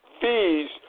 fees